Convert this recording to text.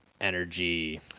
energy